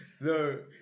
No